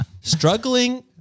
struggling